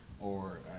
or,